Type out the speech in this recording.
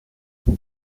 του